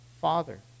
Father